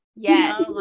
Yes